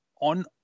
on